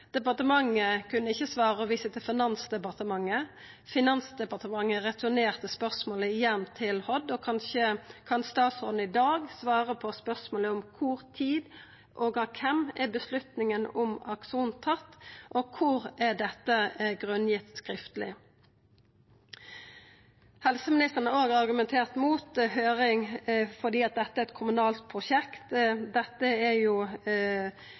departementet. Departementet kunne ikkje svara og viste til Finansdepartementet. Finansdepartementet returnerte spørsmålet til Helse- og omsorgsdepartementet. Kanskje kan statsråden i dag svara på spørsmålet: Kva tid og av kven er avgjerda om Akson tatt, og kor er dette grunngitt skriftleg? Helseministeren har òg argumentert mot høyring fordi dette er eit kommunalt prosjekt. Dette er